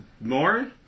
more